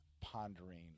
pondering